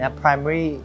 primary